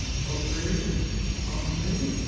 pull through all three.